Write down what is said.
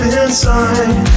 inside